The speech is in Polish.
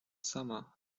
sama